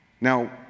Now